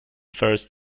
first